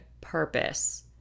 purpose